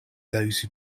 those